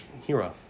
hero